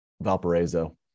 Valparaiso